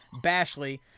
Bashley